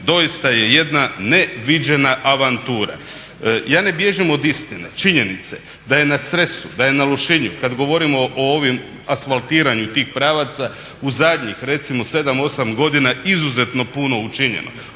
doista je jedan neviđena avantura. Ja ne bježim od istine, činjenice da je na Cresu, da je na Lošinju kad govorimo o ovim, asfaltiranju tih pravaca u zadnjih recimo sedam, osam godina izuzetno puno učinjeno.